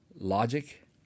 logic